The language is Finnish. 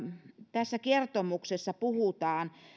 tässä kertomuksessa puhutaan